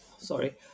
Sorry